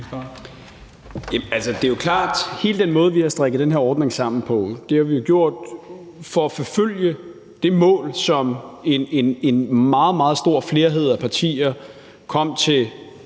det er jo klart, at hele den måde, vi har strikket den her ordning sammen på, har vi valgt for at forfølge det mål, som en meget, meget stor flerhed af partier kom til